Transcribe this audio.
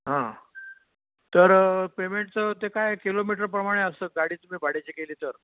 हां तर पेमेंटचं ते काय किलोमीटरप्रमाणे असतं गाडी तुम्ही भाड्याची केली तर